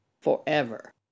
forever